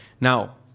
now